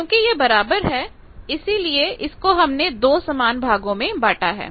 क्योंकि यह बराबर है इसीलिए इसको हमने दो समान भागों में बांटा है